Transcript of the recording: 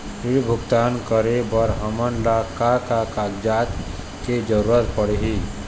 ऋण भुगतान करे बर हमन ला का का कागजात के जरूरत पड़ही?